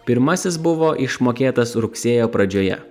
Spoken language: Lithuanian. pirmasis buvo išmokėtas rugsėjo pradžioje